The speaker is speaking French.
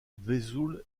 vesoul